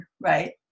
right